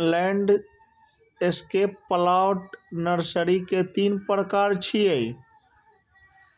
landscape plant nursery के तीन प्रकार छियै